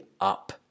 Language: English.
up